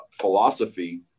philosophy